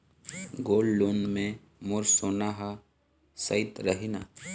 Gold loan मे मोर सोना हा सइत रही न?